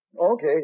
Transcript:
Okay